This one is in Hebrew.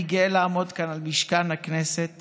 אני גאה לעמוד כאן במשכן הכנסת